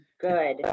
good